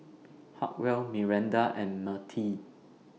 Hartwell Miranda and Mertie